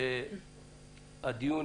ובדיון,